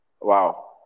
Wow